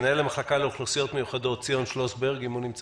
מנהל המחלקה לאוכלוסיות מיוחדות ציון שלוסברג ממשרד הבריאות,